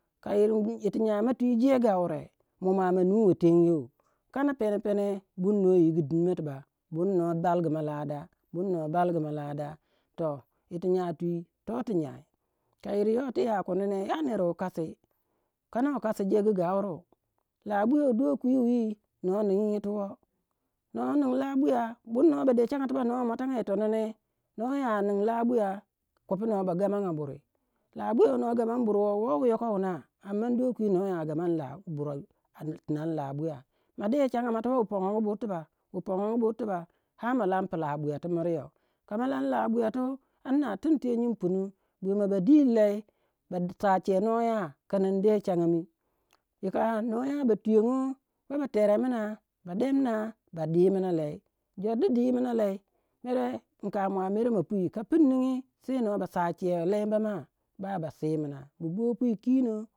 Ka yir ti nya ma twi jegu gaure mua ma manuwe tengyou, kana pene pene bur noh yigu dinmou tibak bur noh balgumau lada balgumau lada. Toh yir ti nyau twi toh tu nyai, ka yir yoh ti yakundi ne ya wu kasi. Kanawe kasi jegu gauru. Labuya wu dokwi wi noh ningi yito. Noh nin labuya bur noh ba de changa tibak noh ba muatanga yi tonoh neh. Noh ya ningi labuya kopu noh ba gamanga buri. Labuya wu noh gamani buri woh woh wu yoko wuna, anda dokwi noh ya gamani buri a labuya. Ma de changa moh tibak, bu pongongu bur tibak ar ma lan pu lah buyatu miriyou. Ka ma lan lah buyatu amna timte nyam punu buyamoh ba diro lei ba sa chiyei noh ya kin in de changa mi yaka noh ya ba tuyongo ba ba teremna ba demna ba dimina lei. Jor du dimina lei mere inka mere ma pwi ka pun ningi no ba sa chiyei leiba ma ba ba simian